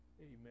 Amen